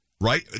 right